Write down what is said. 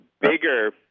bigger